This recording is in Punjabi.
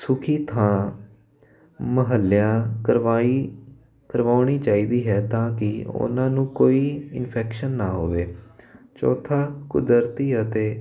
ਸੁੱਕੀ ਥਾਂ ਮੁਹੱਈਆ ਕਰਵਾਈ ਕਰਵਾਉਣੀ ਚਾਹੀਦੀ ਹੈ ਤਾਂ ਕਿ ਉਹਨਾਂ ਨੂੰ ਕੋਈ ਇਨਫੈਕਸ਼ਨ ਨਾ ਹੋਵੇ ਚੌਥਾ ਕੁਦਰਤੀ ਅਤੇ